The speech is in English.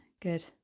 good